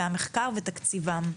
המחקר ותקציבם.